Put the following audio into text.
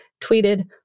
tweeted